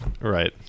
right